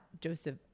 Joseph